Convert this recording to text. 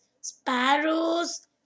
sparrows